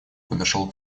подошел